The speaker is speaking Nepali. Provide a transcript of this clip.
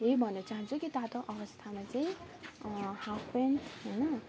यही भन्नु चाहन्छु कि तातो अवस्थामा चाहिँ हाफ प्यान्ट होइन